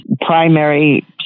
primary